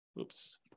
oops